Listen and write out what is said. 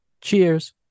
Cheers